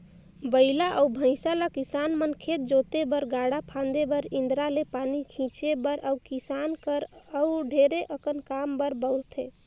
बइला अउ भंइसा ल किसान मन खेत जोते बर, गाड़ा फांदे बर, इन्दारा ले पानी घींचे बर अउ किसानी कर अउ ढेरे अकन काम बर बउरथे